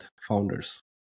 founders